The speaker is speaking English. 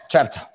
Certo